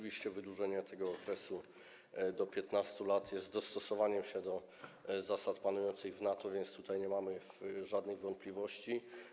Wydłużenie tego okresu do 15 lat jest oczywiście dostosowaniem się do zasad panujących w NATO, więc tutaj nie mamy żadnych wątpliwości.